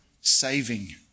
saving